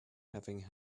having